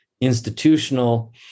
institutional